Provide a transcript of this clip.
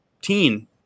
teen